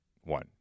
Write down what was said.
one